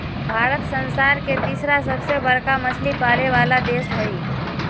भारत संसार के तिसरा सबसे बडका मछली पाले वाला देश हइ